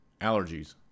Allergies